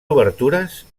obertures